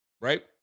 right